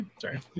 Sorry